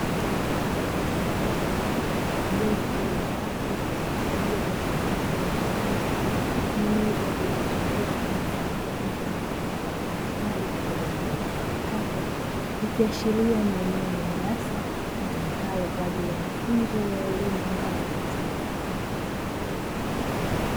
Jopo la watu walio katika eneo la ndani lenye meza zilizozungukwa na simu janja na mfano wa daftari pamoja na kompyuta mpakato, ikiashiria ni eneo la darasa litumikalo kwa ajili ya mafunzo ya elimu ngazi ya chuo.